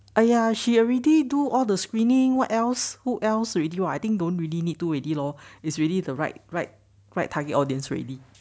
!aiya! she already do all the screening what else who else already [what] I think don't really need to already lor is really the right right right target audience already